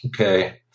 Okay